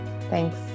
Thanks